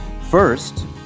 First